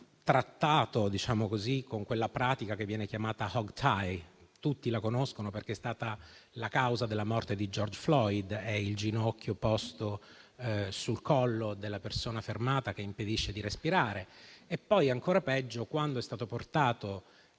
trattato con quella pratica che viene chiamata *hog-tie*; tutti la conoscono perché è stata la causa della morte di George Floyd, cioè il ginocchio posto sul collo della persona fermata che impedisce di respirare; poi ancora peggio, quando è stato portato